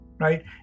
Right